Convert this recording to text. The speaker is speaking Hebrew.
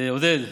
עודד.